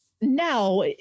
Now